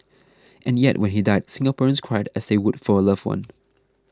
and yet when he died Singaporeans cried as they would for a loved one